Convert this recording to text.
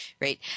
right